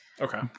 okay